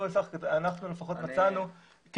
אנחנו לפחות מצאנו ש